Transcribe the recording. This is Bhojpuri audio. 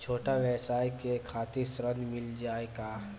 छोट ब्योसाय के खातिर ऋण मिल जाए का?